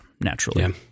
naturally